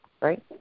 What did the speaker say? right